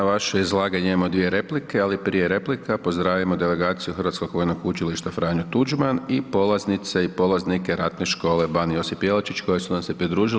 Na vaše izlaganje imamo dvije replike, ali prije replika pozdravimo delegaciju Hrvatskog vojnog učilišta Franjo Tuđman i polaznice i polaznike Ratne škole Ban Josip Jelačić koji su nam se pridružili.